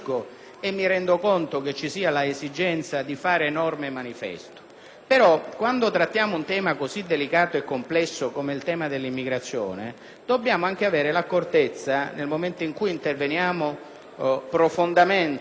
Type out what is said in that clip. ma quando trattiamo un tema così delicato e complesso come quello dell'immigrazione dobbiamo anche avere l'accortezza, nel momento in cui interveniamo profondamente sotto il profilo delle norme penali e sanzionatorie, di capire